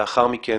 ולאחר מכן